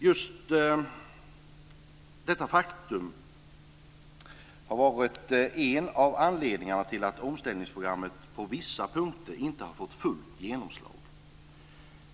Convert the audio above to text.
Just detta faktum har varit en av anledningarna till att omställningsprogrammet på vissa punkter inte har fått fullt genomslag.